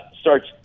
starts